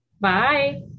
Bye